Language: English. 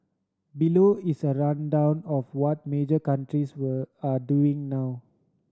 below is a rundown of what major countries were are doing now